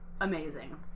amazing